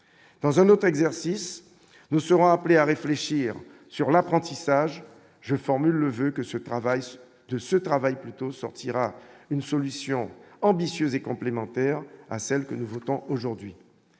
dans un autre exercice, nous serons appelés à réfléchir sur l'apprentissage je formule le voeu que ce travail de ce travail plutôt sortira une solution ambitieuse et complémentaire à celle que nous votons aujourd'hui